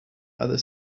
other